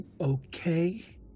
okay